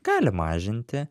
gali mažinti